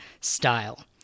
style